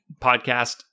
podcast